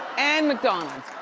and mcdonald's.